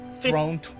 throne